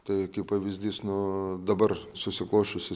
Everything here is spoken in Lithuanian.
tai kaip pavyzdys nu dabar susiklosčiusi